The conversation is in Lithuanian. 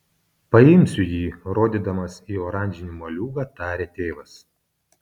paimsiu jį rodydamas į oranžinį moliūgą tarė tėvas